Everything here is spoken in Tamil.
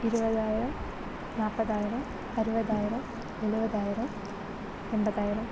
இருபதாயிரம் நாற்பதாயிரம் அறுபதாயிரம் எழுவதாயிரம் எண்பதாயிரம்